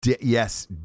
yes